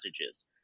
messages